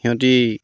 সিহঁতি